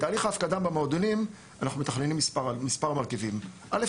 בתהליך ההפקדה במועדונים אנחנו מתכננים מספר מרכיבים: א',